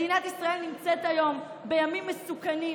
מדינת ישראל נמצאת היום בימים מסוכנים,